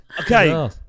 Okay